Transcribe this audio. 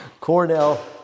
Cornell